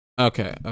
okay